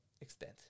extent